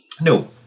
No